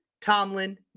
Tomlin